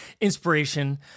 inspiration